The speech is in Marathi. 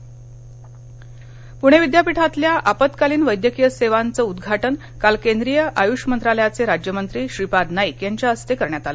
प्णे विद्यापीठः पुणे विद्यापीठातल्या आपत्कालीन वैद्यकीय सेवांचं उद्घाटन काल केंद्रीय आयुष मंत्रालयाचे राज्यमंत्री श्रीपाद नाईक यांच्या हस्ते काल करण्यात आलं